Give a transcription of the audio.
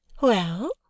Well